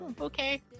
Okay